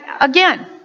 again